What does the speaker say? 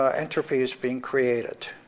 ah entropy is being created.